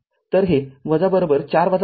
तरहे ४ ३